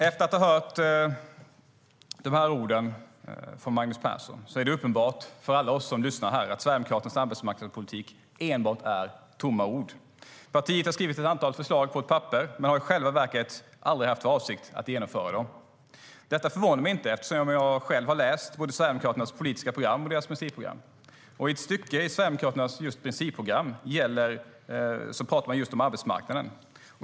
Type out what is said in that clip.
Herr talman! Efter att ha hört dessa ord från Magnus Persson är det uppenbart för alla oss som lyssnar här att Sverigedemokraternas arbetsmarknadspolitik är enbart tomma ord. Partiet har skrivit ett antal förslag på ett papper, men har i själva verket aldrig haft för avsikt att genomföra dem. Detta förvånar mig inte, eftersom jag själv har läst både Sverigedemokraternas politiska program och deras principprogram. I ett stycke i Sverigedemokraternas principprogram talar man just om arbetsmarknaden.